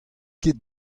ket